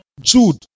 Jude